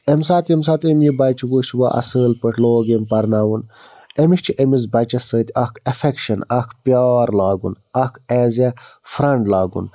اَمہِ ساتہٕ ییٚمہِ ساتہٕ أمۍ یہِ بَچہِ وُچھ وۅنۍ اَصۭل پٲٹھۍ لوگ أمۍ پَرناوُن أمِس چھِ أمِس بَچَس سۭتۍ اَکھ ایفٮ۪کشَن اَکھ پیار لاگُن اَکھ ایز اے فرٛینٛڈ لاگُن